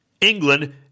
England